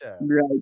right